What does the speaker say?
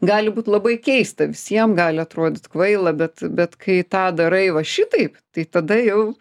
gali būt labai keista visiem gali atrodyt kvaila bet bet kai tą darai va šitaip tai tada jau